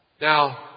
Now